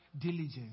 diligence